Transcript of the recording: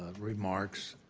and remarks,